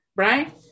Right